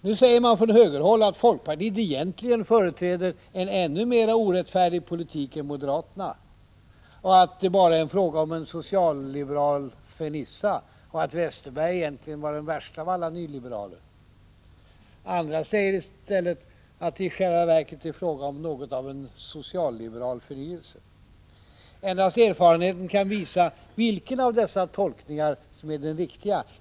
Nu säger man från högerhåll att folkpartiet egentligen företräder en ännu mer orättfärdig politik än moderaterna, att det bara är fråga om en socialliberal fernissa och att Westerberg egentligen är den värste av alla nyliberaler. Andra säger att det i själva verket är fråga om något av en socialliberal förnyelse. Endast erfarenheten kan visa vilken av dessa tolkningar som är den riktiga.